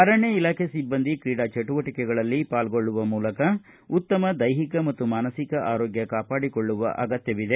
ಅರಣ್ಯ ಇಲಾಖೆ ಸಿಬ್ಬಂದಿ ಕ್ರೀಡಾ ಚಟುವಟಕೆಗಳಲ್ಲಿ ಪಾಲ್ಗೊಳ್ಳುವ ಮೂಲಕ ಉತ್ತಮ ದೈಹಿಕ ಮತ್ತು ಮಾನಸಿಕ ಆರೋಗ್ಯ ಕಾಪಾಡಿಕೊಳ್ಳುವ ಅಗತ್ಯವಿದೆ